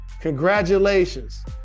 Congratulations